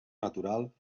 natural